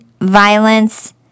violence